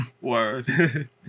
Word